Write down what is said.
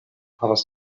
havas